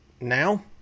now